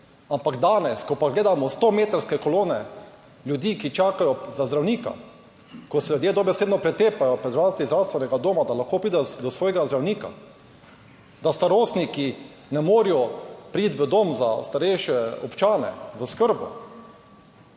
Ampak danes, ko pa gledamo sto metrske kolone ljudi, ki čakajo za zdravnika, ko se ljudje dobesedno pretepajo pred zdravstvenim domom, da lahko pridejo do svojega zdravnika, da starostniki ne morejo priti v dom za starejše občane v oskrbo